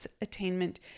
attainment